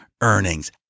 earnings